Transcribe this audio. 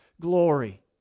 glory